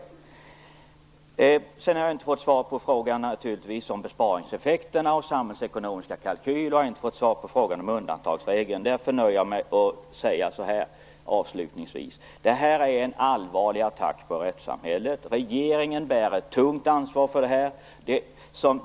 Jag har naturligtvis inte fått svar på frågorna om besparingseffekterna och de samhällsekonomiska kalkylerna. Jag har inte heller fått svar på frågan om undantagsregeln. Därför nöjer jag mig med att avslutningsvis säga att det här är en allvarlig attack på rättssamhället. Regeringen bär ett tungt ansvar för det här.